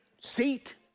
seat